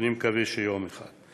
אני מקווה, יום אחד.